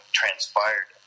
transpired